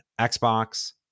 Xbox